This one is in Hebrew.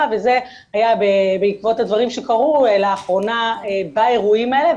וזה היה בעקבות הדברים שקרו לאחרונה באירועים האלה,